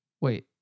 Wait